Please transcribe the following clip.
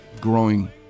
growing